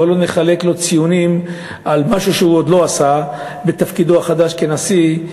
בוא לא נחלק לו ציונים על משהו שהוא עוד לא עשה בתפקידו החדש כנשיא.